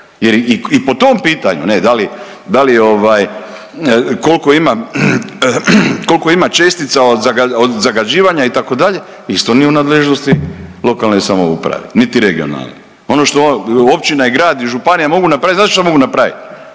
da li, da li ovaj, koliko ima, koliko ima čestica od zagađivanja itd. isto nije u nadležnosti lokane samouprave niti regionalne. Ono što općina i grad i županija mogu napraviti, znate šta mogu napraviti,